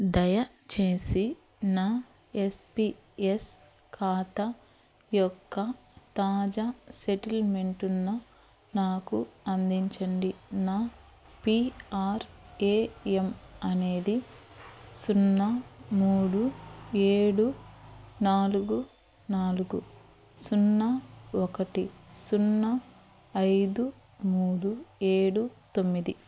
దయచేసి నా ఎస్పీఎస్ ఖాతా యొక్క తాజా సెటిల్మెంటు ఉన్న నాకు అందించండి నా పీ ఆర్ ఏ ఎం అనేది సున్నా మూడు ఏడు నాలుగు నాలుగు సున్నా ఒకటి సున్నా ఐదు మూడు ఏడు తొమ్మిది